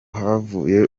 havuye